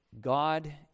God